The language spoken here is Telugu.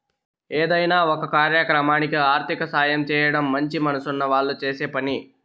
ఏదైనా ఒక కార్యక్రమానికి ఆర్థిక సాయం చేయడం మంచి మనసున్న వాళ్ళు చేసే పని